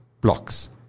blocks